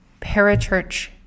parachurch